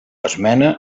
esmena